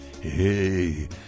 hey